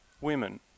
women